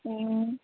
ꯎꯝ